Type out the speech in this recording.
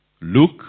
look